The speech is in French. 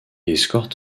escorte